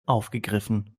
aufgegriffen